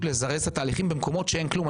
לזרז את התהליכים במקומות שאין כלום.